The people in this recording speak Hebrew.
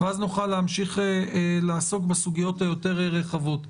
ואז נוכל להמשיך לעסוק בסוגיות היותר רחבות,